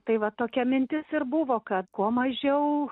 tai va tokia mintis ir buvo kad kuo mažiau